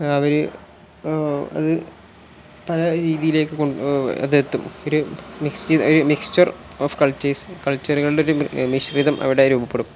അവർ അത് പല രീതിയിലേക്കു കൊണ്ട് അതെത്തും ഒരു മിക്സ് ഒരു മിക്സ്ചർ ഓഫ് കൾച്ചേഴ്സ് കൾച്ചറുകളുടെ ഒരു മിശ്രിതം അവിടെ രൂപപ്പെടും